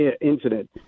incident